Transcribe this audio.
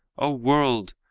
o world!